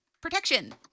Protection